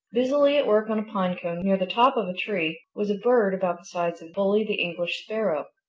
busily at work on a pine cone near the top of a tree was a bird about the size of bully the english sparrow.